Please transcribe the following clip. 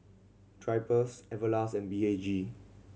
Drypers Everlast and B H G